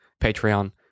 Patreon